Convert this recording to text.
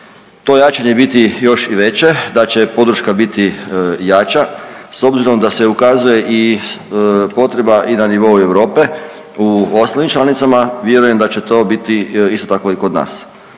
to jačanje biti još i veće, da će podrška biti jača, s obzirom da se ukazuje i potreba i na nivou Europe u ostalim članicama, vjerujem da će to biti isto tako i kod nas.